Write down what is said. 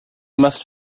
must